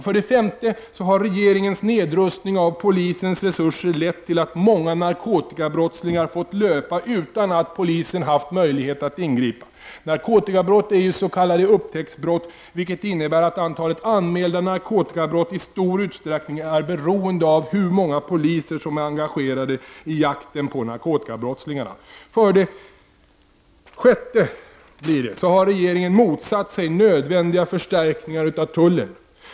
För det femte har regeringens nedrustning av polisens resurser lett till att många narkotikabrottslingar fått löpa utan att polisen haft möjlighet att ingripa. Narkotikabrott är s.k. upptäcktsbrott, vilket innebär att antalet anmälda narkotikabrott i stor utsträckning är beroende av hur många poliser som är engagerade i jakten på narkotikabrottslingarna. För det sjätte har regeringen motsatt sig nödvändiga förstärkningar av tullen.